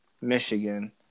Michigan